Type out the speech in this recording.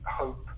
hope